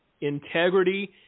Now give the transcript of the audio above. Integrity